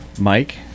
Mike